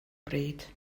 bryd